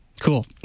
Cool